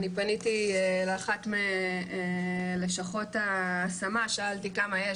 אני פניתי לאחת מלשכות ההשמה ושאלתי כמה יש,